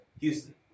Houston